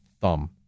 thumb